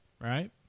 right